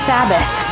Sabbath